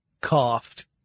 coughed